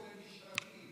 או-טו-טו דוקטור למשפטים.